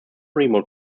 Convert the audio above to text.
remote